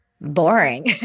boring